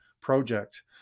project